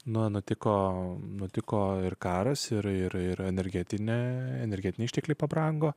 nuo nutiko nutiko ir karas ir ir energetine energetiniai ištekliai pabrango